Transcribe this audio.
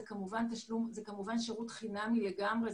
זה שירות חינמי לגמרי.